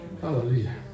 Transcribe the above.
Hallelujah